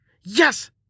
yes